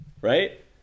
right